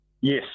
Yes